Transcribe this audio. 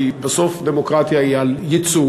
כי בסוף דמוקרטיה היא על ייצוג,